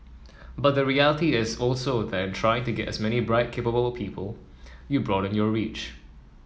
but the reality is also that in trying to get as many bright capable people you broaden your reach